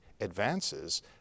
advances